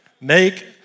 Make